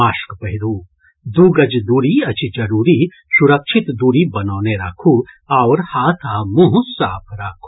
mask पहिरू दू गज दूरी अछि जरूरी सुरक्षित दूरी बनौने राखू आओर हाथ आ मुंह साफ राखू